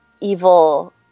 evil